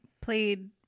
played